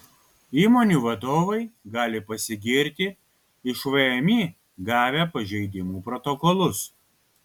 įmonių vadovai gali pasigirti iš vmi gavę pažeidimų protokolus